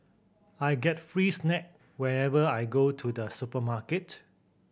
I get free snack whenever I go to the supermarket